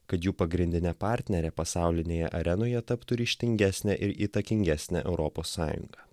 kad jų pagrindine partnere pasaulinėje arenoje taptų ryžtingesnė ir įtakingesnė europos sąjunga